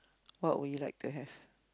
what would you like to have